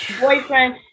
boyfriend